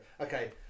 Okay